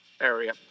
area